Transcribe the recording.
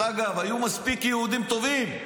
דרך אגב, כשבשארה היה חבר הכנסת הייתה עתירה נגדו.